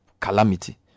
calamity